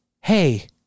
hey